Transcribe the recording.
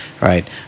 right